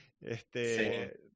este